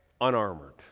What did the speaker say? unarmored